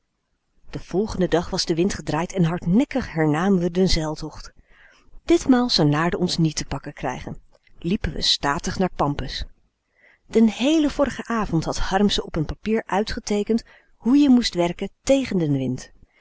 den volgenden dag was de wind gedraaid en hardnekkig hernamen we den zeiltocht ditmaal zou naarden ons nièt te pakken krijgen liepen we statig naar pampus den heelen vorigen avond had harmsen op n papier uitgeteekend ho e je moest werken tégen den wind